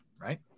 Right